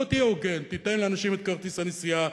בוא תהיה הוגן, תיתן לאנשים את כרטיס הנסיעה.